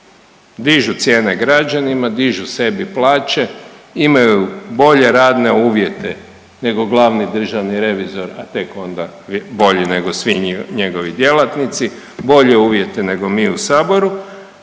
dižu cijene građanima, dižu sebi plaće, imaju bolje radne uvjete nego glavni državni revizor, a tek onda bolji nego svi njegovi djelatnici, bolje uvjete nego mi u saboru